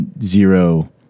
zero